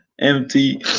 Empty